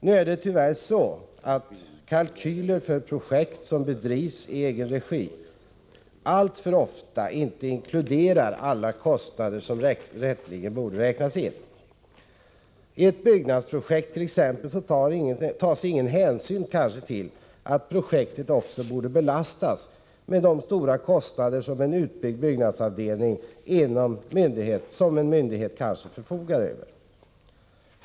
Det är tyvärr så att kalkyler för projekt som bedrivs i egenregi alltför ofta inte inkluderar alla kostnader som rätteligen borde räknas in. I ett byggnadsprojekt tas kanske ingen hänsyn till att projektet också skall belastas med stora kostnader för en utbyggd byggnadsavdelning som myndigheten förfogar över.